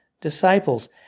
disciples